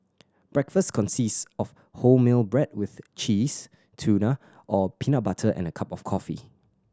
breakfast consist of wholemeal bread with cheese tuna or peanut butter and a cup of coffee